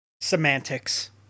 Semantics